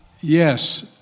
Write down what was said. Yes